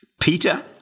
Peter